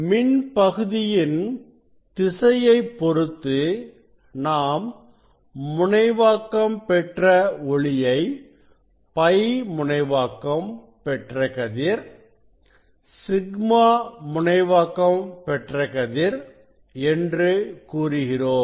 மின் பகுதியின் திசையைப் பொறுத்து நாம் முனைவாக்கம் பெற்ற ஒளியை π முனைவாக்கம் பெற்ற கதிர் σ முனைவாக்கம் பெற்ற கதிர் என்று கூறுகிறோம்